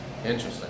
Interesting